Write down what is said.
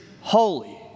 holy